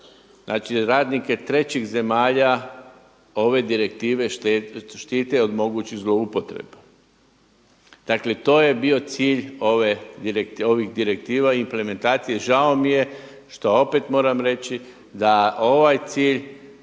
Znači radnike trećih zemalja ove direktive štite od mogućih zloupotreba. Dakle, to je bio cilj ovih direktiva i implementacije. Žao mi je što opet moram reći da ovaj cilj